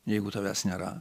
jeigu tavęs nėra